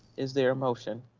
is there a motion?